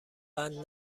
بند